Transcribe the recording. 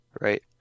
right